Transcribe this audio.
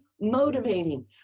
motivating